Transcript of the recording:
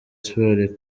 sports